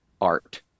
art